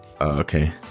okay